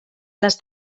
les